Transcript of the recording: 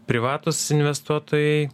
privatūs investuotojai